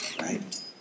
right